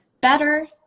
better